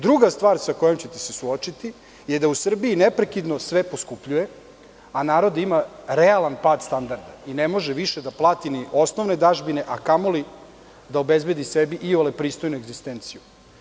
Druga stvar sa kojom ćete se suočiti, je da u Srbiji neprekidno sve poskupljuje, a narod ima realan pad standarda i ne može više da plati ni osnovne dažbine, a kamo li da obezbedi sebi iole pristojnu egzistenciju.